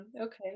okay